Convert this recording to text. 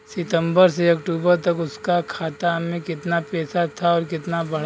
सितंबर से अक्टूबर तक उसका खाता में कीतना पेसा था और कीतना बड़ा?